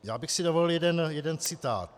Já bych si dovolil jeden citát